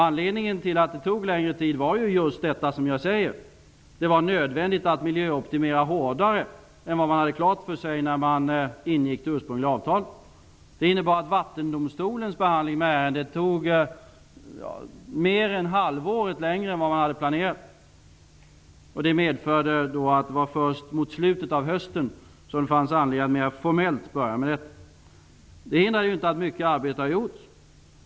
Anledningen till att det tog längre tid var just vad jag har sagt: Det var nödvändigt att miljöoptimera hårdare än vad man hade klart för sig när det ursprungliga avtalet ingicks. Det innebar att Vattendomstolens behandling av ärendet tog mer än halvåret längre än som var planerat. Det medförde att det var först framemot slutet av hösten som det fanns anledning att mera formellt börja med detta. Det hindrar inte att mycket arbete har gjorts.